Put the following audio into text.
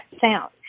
sound